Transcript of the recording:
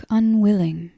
unwilling